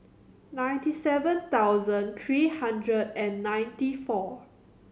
ninety seven thousand three hundred and ninety four